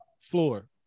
floor